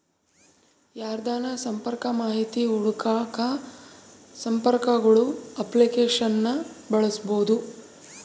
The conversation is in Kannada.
ಯಾರ್ದನ ಸಂಪರ್ಕ ಮಾಹಿತಿ ಹುಡುಕಾಕ ಸಂಪರ್ಕಗುಳ ಅಪ್ಲಿಕೇಶನ್ನ ಬಳಸ್ಬೋದು